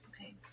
Okay